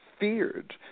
feared